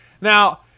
Now